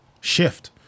shift